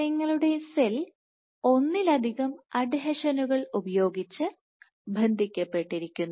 നിങ്ങളുടെ സെൽ ഒന്നിലധികം അഡ്ഹീഷനുകൾ ഉപയോഗിച്ച് ബന്ധിക്കപ്പെട്ടിരിക്കുന്നു